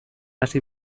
hasi